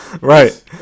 Right